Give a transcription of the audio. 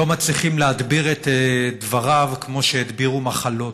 לא מצליחים להדביר את דבריו כמו שהדבירו מחלות,